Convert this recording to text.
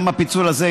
גם על הפיצול הזה,